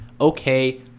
okay